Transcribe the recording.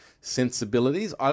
sensibilities